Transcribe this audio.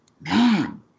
man